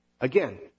Again